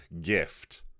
gift